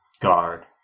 guard